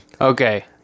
Okay